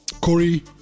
Corey